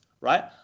right